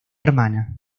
hermana